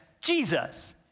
Jesus